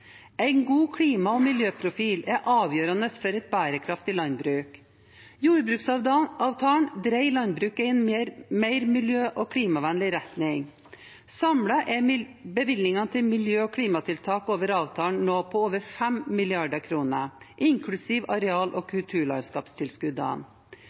En god klima- og miljøprofil er avgjørende for et bærekraftig landbruk. Jordbruksavtalen dreier landbruket i en mer miljø- og klimavennlig retning. Samlet er bevilgningen til miljø- og klimatiltak over avtalen nå på over 5 mrd. kr, inklusiv areal- og